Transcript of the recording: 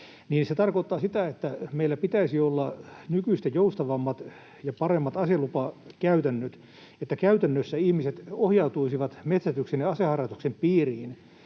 Se tarkoittaa sitä, että meillä pitäisi olla nykyistä joustavammat ja paremmat aselupakäytännöt, jotta käytännössä ihmiset ohjautuisivat metsästyksen ja aseharrastuksen piiriin